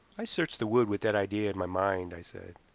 i searched the wood with that idea in my mind, i said.